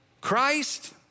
Christ